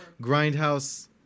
Grindhouse